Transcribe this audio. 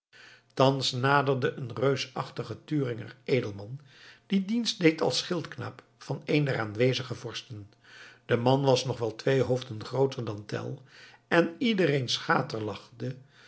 thans naderde een reusachtige thüringer edelman die dienst deed als schildknaap van een der aanwezige vorsten de man was nog wel twee hoofden grooter dan tell en iedereen schaterlachte